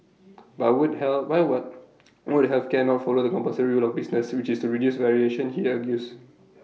but would help by what would health care not follow the compulsory rule of business which is to reduce variation he argues